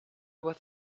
with